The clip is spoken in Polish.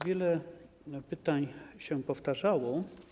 Wiele pytań się powtarzało.